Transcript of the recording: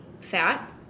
fat